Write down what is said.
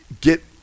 get